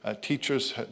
teachers